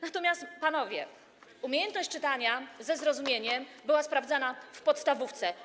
Natomiast, panowie, umiejętność czytania ze zrozumieniem była sprawdzana w podstawówce.